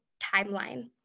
timeline